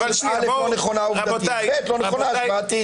היא פשוט לא נכונה עובדתית והיא לא נכונה השוואתית.